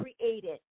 created